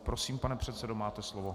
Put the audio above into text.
Prosím, pane předsedo, máte slovo.